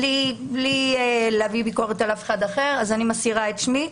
בלי להעביר ביקורת על אף אחד אחר מסירה את שמי.